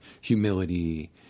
humility